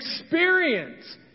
experience